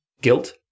guilt